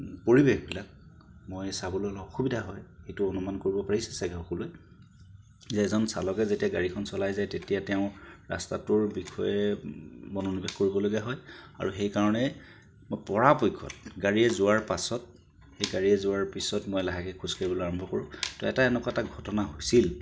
পৰিৱেশবিলাক মই চাবলৈ অসুবিধা হয় সেইটো অনুমান কৰিব পাৰিছে ছাগৈ সকলোৱে যে এজন চালকে যেতিয়া গাড়ীখন চলাই যায় তেতিয়া তেওঁ ৰাস্তাটোৰ বিষয়ে মনোনিৱেশ কৰিবলগীয়া হয় আৰু সেইকাৰণে পৰাপক্ষত গাড়ীৰে যোৱাৰ পাছত গাড়ীয়ে যোৱাৰ পিছত মই লাহেকৈ খোজ কাঢ়িবলৈ আৰম্ভ কৰোঁ তাতে এনেকুৱা এটা ঘটনা হৈছিল